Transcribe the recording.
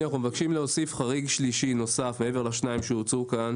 אז מה אתה רוצה לא הבנתי שהודעת שיתחילו את כל התהליך מחדש?